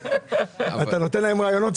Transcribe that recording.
אתה נותן להם רעיונות.